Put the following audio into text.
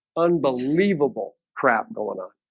unbelievable crap going on